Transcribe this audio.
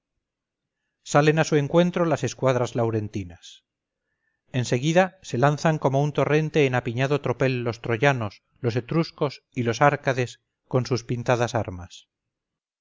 salen a su encuentro las escuadras laurentinas en seguida se lanzan como un torrente en apiñado tropel los troyanos los etruscos y los árcades con sus pintadas armas